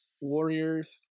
Warriors